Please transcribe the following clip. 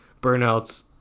burnouts